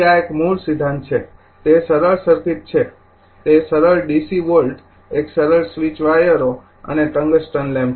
આ એક મૂળ સિદ્ધાંત છે તે સરળ સર્કિટ છે તે સરળ ડીસી વોલ્ટ એક સરળ સ્વીચ વાયરો અને ટંગસ્ટન લેમ્પ છે